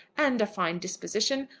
and a fine disposition,